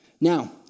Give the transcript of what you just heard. Now